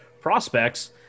prospects